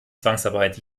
zwangsarbeit